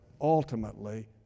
ultimately